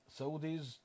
Saudis